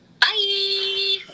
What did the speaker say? bye